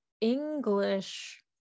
English